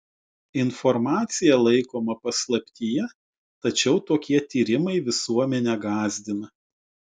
informacija laikoma paslaptyje tačiau tokie tyrimai visuomenę gąsdina